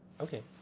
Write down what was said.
Okay